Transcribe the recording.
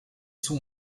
sont